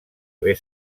haver